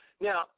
Now